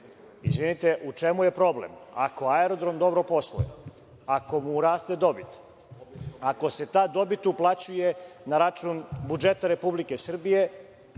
aerodrom. Izvinite, u čemu je problem, ako aerodrom dobro posluje, ako mu raste dobit, ako se ta dobit uplaćuje na račun budžeta Republike Srbije?